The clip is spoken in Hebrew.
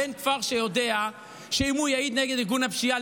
בן כפר שיודע שאם הוא יעיד נגד ארגון הפשיעה,